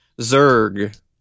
Zerg